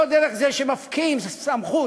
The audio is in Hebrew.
לא דרך זה שמפקיעים סמכות